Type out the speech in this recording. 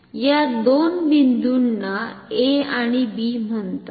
या दोन बिंदूना ए आणि बी म्हणतात